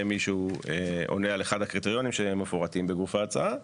מי שעונה על אחד הקריטריונים שמפורטים בגוף ההצעה.